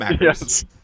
Yes